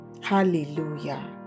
Hallelujah